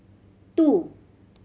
two